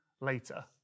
later